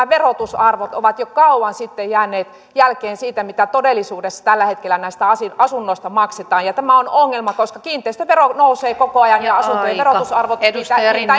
verotusarvot ovat jo kauan sitten jääneet jälkeen siitä mitä todellisuudessa tällä hetkellä näistä asunnoista maksetaan ja tämä on ongelma koska kiinteistövero nousee koko ajan ja asuntojen verotusarvoista